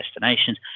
destinations